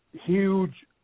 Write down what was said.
huge